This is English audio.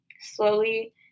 slowly